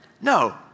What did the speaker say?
No